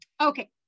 Okay